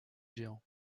géant